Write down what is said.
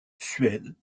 suède